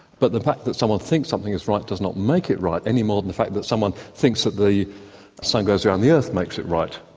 but the fact that someone thinks something is right does not make it right, any more than the fact that someone thinks that the sun goes around the earth makes it right.